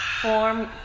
Form